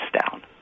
down